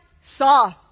saw